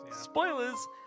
spoilers